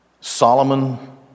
Solomon